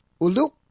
Uluk